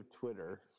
Twitter